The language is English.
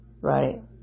right